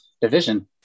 division